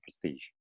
prestige